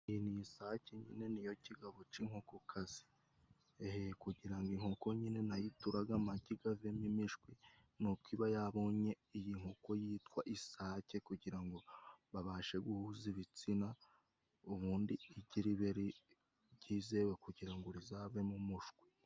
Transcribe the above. Iyi ni isake, nyine ni yo cigabo c'inkokazi. Kugira ngo inkoko nyine nayo iturage amagi gave mo imishwi, n'uko iba yabonye iyi nkoko yitwa isake, kugira ngo babashe guhuza ibitsina, ubundi igi ribe ryizewe kugira ngo rizave mo umushwi.